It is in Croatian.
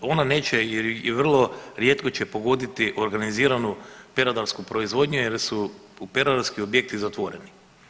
Ona neće i vrlo rijetko će pogoditi organiziranu peradarsku proizvodnju jer su peradarski objekti zatvoreni.